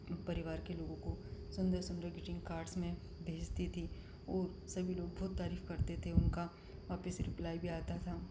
परिवार के लोगों को सुंदर सुंदर ग्रीटिंग कार्ड्स मैं भेजती थी और सभी लोग बहुत तारीफ करते थे उनका वापस रिप्लाई भी आता था